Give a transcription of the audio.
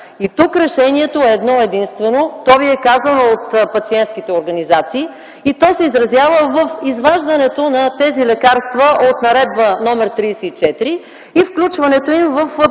Тук решението е едно-единствено, то Ви е казано от пациентските организации и се изразява в изваждането на тези лекарства от Наредба № 34 и включването им в